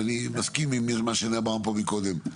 אני מסכים עם מה שנאמר פה מקודם,